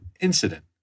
incident